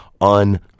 on